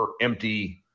empty